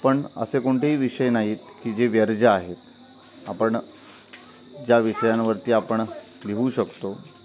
पण असे कोणतेही विषय नाहीत की जे वर्ज्य आहेत आपण ज्या विषयांवरती आपण लिहू शकतो